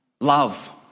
Love